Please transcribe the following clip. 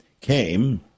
came